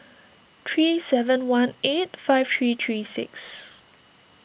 three seven one eight five three three six